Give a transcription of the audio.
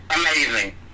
Amazing